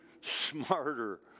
smarter